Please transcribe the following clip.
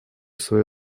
свое